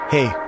Hey